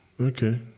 Okay